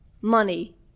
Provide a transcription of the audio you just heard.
money